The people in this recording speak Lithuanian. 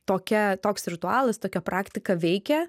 tokia toks ritualas tokia praktika veikia